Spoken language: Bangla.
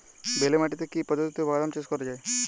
বেলে মাটিতে কি পদ্ধতিতে বাদাম চাষ করা যায়?